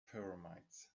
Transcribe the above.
pyramids